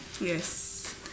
Yes